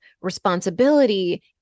responsibility